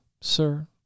sir